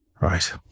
Right